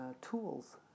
tools